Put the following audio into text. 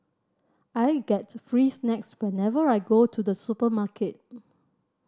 I get free snacks whenever I go to the supermarket